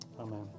amen